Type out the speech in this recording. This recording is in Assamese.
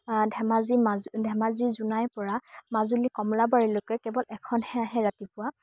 ধেমাজি মাজ ধেমাজিৰ জোনাইৰ পৰা মাজুলীৰ কমলাবাৰীলৈকে কেৱল এখনহে আহে ৰাতিপুৱা